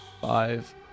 Five